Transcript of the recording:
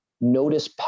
notice